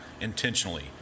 intentionally